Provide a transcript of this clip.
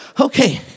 okay